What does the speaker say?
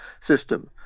system